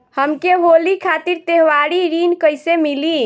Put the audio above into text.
हमके होली खातिर त्योहारी ऋण कइसे मीली?